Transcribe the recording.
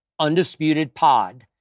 UndisputedPod